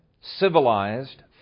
civilized